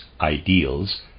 ideals